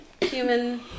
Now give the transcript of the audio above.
human